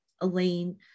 elaine